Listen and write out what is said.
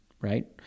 right